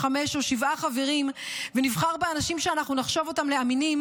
בת חמישה או בת שבעה חברים ונבחר באנשים שאנחנו נחשוב אותם לאמינים,